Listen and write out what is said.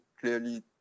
clearly